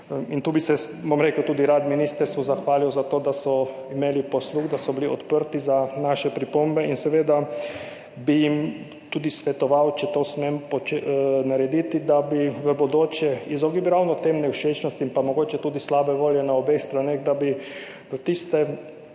Tu bi se tudi rad ministrstvu zahvalil za to, da so imeli posluh, da so bili odprti za naše pripombe. In seveda bi jim tudi svetoval, če to smem narediti, da bi se v bodoče, v izogib ravno tem nevšečnostim in pa mogoče tudi slabi volji na obeh straneh, glede tistih